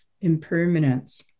impermanence